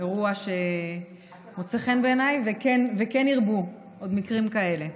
אירוע שמוצא חן בעיניי וכן ירבו עוד מקרים כאלה.